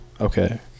Okay